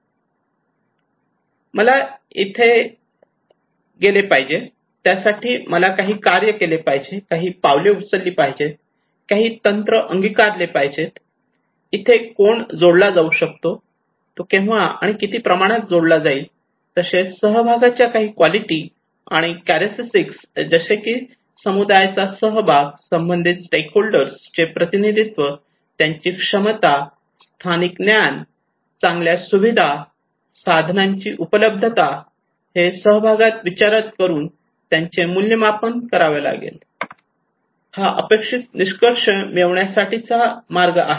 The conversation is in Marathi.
मला तिथे गेले पाहिजे त्यासाठी मला काही कार्य केले पाहिजे काही पावले उचलली पाहिजेत काही तंत्र अंगीकारले पाहिजेत इथे कोण जोडला जाऊ शकतो तो केव्हा आणि किती प्रमाणात जोडला जाईल तसेच सहभागाच्या काही क्वालिटी आणि कॅरेक्टरस्टिक्स जसे की समुदायाचा सहभाग संबंधित स्टेक होल्डर्स चे प्रतिनिधित्व त्यांची क्षमता स्थानिक ज्ञान चांगल्या सुविधा साधनांची उपलब्धता हे सहभागात विचारात घेऊन त्याचे मूल्यमापन करावे लागेल हा अपेक्षित निष्कर्ष मिळविण्यासाठीचा मार्ग आहे